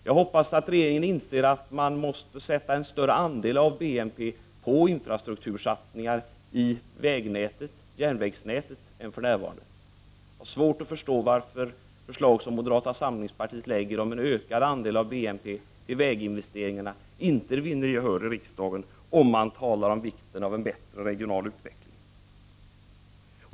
Jag hoppas också att regeringen inser att man måste avsätta en större andel av BNP för infrastruktursatsningar i vägoch järnvägsnätet än som för närvarande är fallet. Jag har svårt att förstå varför förslag som moderata samlingspartiet lägger fram om att en ökad andel av BNP skall gå till väginvesteringar inte vinner gehör i riksdagen, om man nu talar om vikten av en bättre regional utveckling.